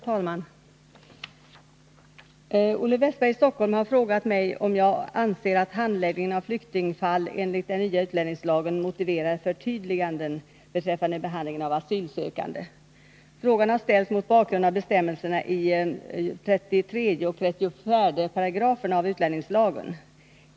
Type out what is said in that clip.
Herr talman! Olle Wästberg i Stockholm har frågat mig om jag anser att handläggningen av flyktingfall enligt den nya utlänningslagen motiverar förtydliganden beträffande behandlingen av asylsökande. Frågan har ställts mot bakgrund av bestämmelserna i 33 och 34 §§ utlänningslagen.